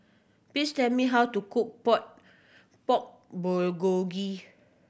please tell me how to cook Pork Bulgogi